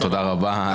תודה רבה.